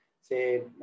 say